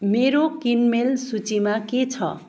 मेरो किनमेल सूचीमा के छ